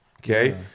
okay